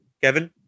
Kevin